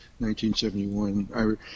1971